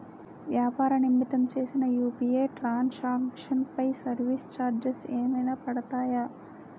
వ్యాపార నిమిత్తం చేసిన యు.పి.ఐ ట్రాన్ సాంక్షన్ పై సర్వీస్ చార్జెస్ ఏమైనా పడతాయా?